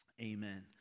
Amen